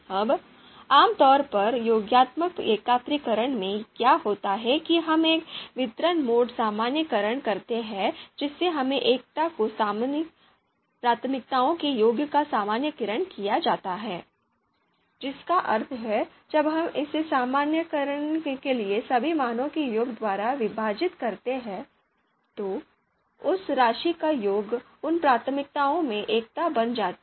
अब आम तौर पर योगात्मक एकत्रीकरण में क्या होता है कि हम एक वितरण मोड सामान्यीकरण करते हैं जिसमें एकता को स्थानीय प्राथमिकताओं के योग का सामान्यीकरण किया जाता है जिसका अर्थ है कि जब हम इसे सामान्य करने के लिए सभी मानों के योग द्वारा विभाजित करते हैं तो उस राशि का योग उन प्राथमिकताओं में एकता बन जाती है